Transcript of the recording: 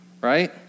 right